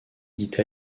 dite